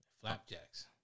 Flapjacks